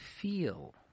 feel